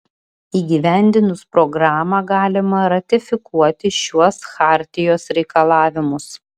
įgyvendinus programą galima ratifikuoti šiuos chartijos reikalavimus